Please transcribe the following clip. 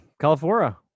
california